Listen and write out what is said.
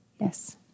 Yes